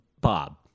Bob